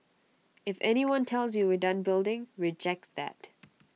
if anyone tells you we're done building reject that